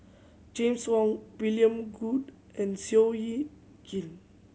James Wong William Goode and Seow Yit Kin